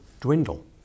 dwindle